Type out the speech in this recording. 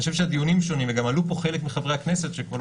אני חושב שהדיונים שונים וגם עלו פה חלק מחברי הכנסת שלא